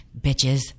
bitches